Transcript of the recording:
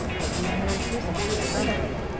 twill be merry christmas for somebody.